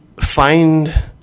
find